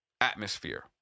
atmosphere